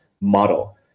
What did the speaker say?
model